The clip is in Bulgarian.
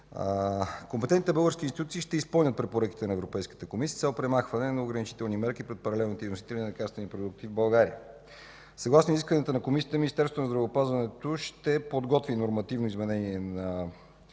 Компетентните български институции ще изпълнят препоръките на Европейската комисия с цел премахване на ограничителни мерки при паралелното инвестиране на лекарствени продукти в България. Съгласно изискванията на Комисията, Министерството на здравеопазването ще подготви нормативни изменения на